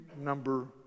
number